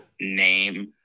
name